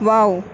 wow